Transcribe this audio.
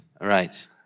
Right